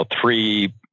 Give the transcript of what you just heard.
three